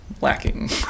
lacking